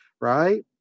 right